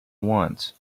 wants